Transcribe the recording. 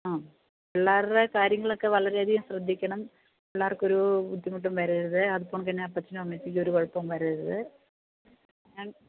ആ പിള്ളാരുടെ കാര്യങ്ങളൊക്കെ വളരെ അധികം ശ്രദ്ധിക്കണം പിള്ളാർക്കൊരു ബുദ്ധിമുട്ടും വരരുത് അതിപ്പം പിന്നെ അപ്പച്ചനും അമ്മച്ചിക്കും ഒരു കുഴപ്പവും വരരുത് ഞാൻ